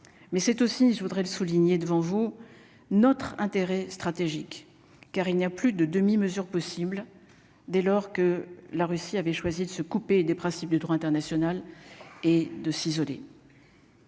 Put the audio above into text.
mais c'est aussi, je voudrais le souligner devant vous notre intérêt stratégique, car il n'y a plus de demi-mesure possible dès lors que la Russie avait choisi de se couper des principes du droit international et de s'isoler.